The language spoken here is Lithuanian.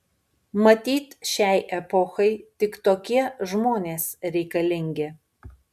matyt šiai epochai tik tokie žmonės reikalingi